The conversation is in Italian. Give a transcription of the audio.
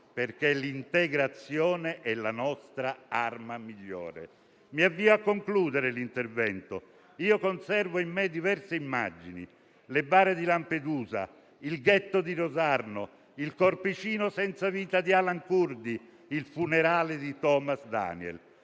l'integrazione, che è la nostra arma migliore. Mi avvio a concludere l'intervento. Conservo in me diverse immagini: le bare di Lampedusa, il ghetto di Rosarno, il corpicino senza vita di Alan Kurdi, il funerale di Thomas Daniel.